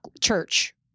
church